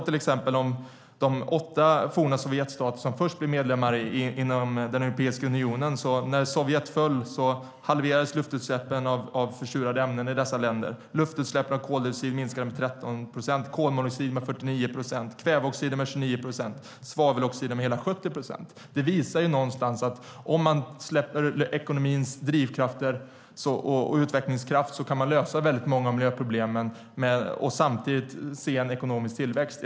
I de åtta forna sovjetstater som först blev medlemmar i Europeiska unionen halverades luftutsläppen av försurade ämnen när Sovjetunionen föll. Luftutsläpp av koldioxid minskade med 13 procent, av kolmonoxid med 49 procent, av kväveoxider med 29 procent och av svaveloxider med hela 70 procent. Det visar att om man släpper ekonomins drivkrafter och utvecklingskrafter fria kan man lösa många miljöproblem och samtidigt se en ekonomisk tillväxt.